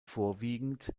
vorwiegend